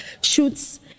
shoots